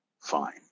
Fine